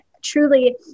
truly